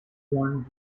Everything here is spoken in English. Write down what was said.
one